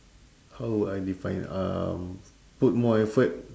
how would I define um put more effort